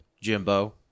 Jimbo